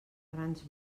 grans